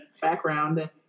background